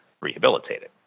rehabilitated